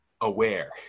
aware